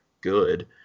good